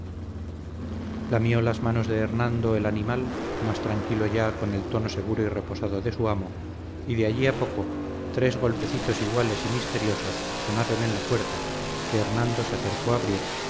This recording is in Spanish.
silencio lamió las manos de hernando el animal más tranquilo ya con el tono seguro y reposado de su amo y de allí a poco tres golpecitos iguales y misteriosos sonaron en la puerta que hernando se acercó a abrir